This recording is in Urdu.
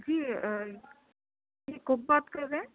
جی جی کک بات کر رہے ہیں